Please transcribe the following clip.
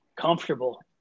comfortable